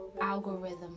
Algorithm